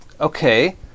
Okay